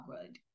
good